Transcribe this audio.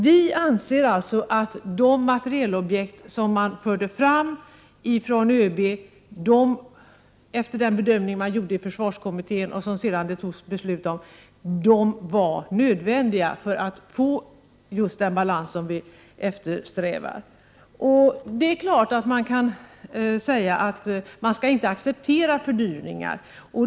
Vi anser alltså att de materielobjekt som man förde fram från ÖB, efter den bedömning som gjorts av försvarskommittén och som det sedan fattats beslut om, var nödvändiga för att få just den balans som vi eftersträvar. Man kan naturligtvis säga att man inte skall acceptera fördyringar.